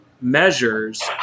measures